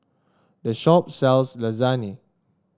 this shop sells Lasagne